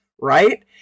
right